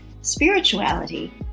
spirituality